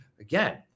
again